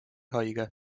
haige